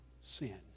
sin